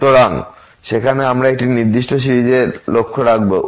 সুতরাং সেখানে আমরা একটি নির্দিষ্ট সিরিজের লক্ষ্য রাখব